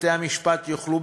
בתי-המשפט יוכלו,